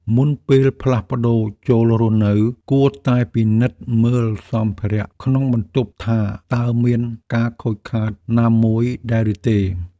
មុនពេលផ្លាស់ប្តូរចូលរស់នៅ គួរតែពិនិត្យមើលសម្ភារៈក្នុងបន្ទប់ថាតើមានការខូចខាតណាមួយដែរឬទេ។